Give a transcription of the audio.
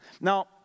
Now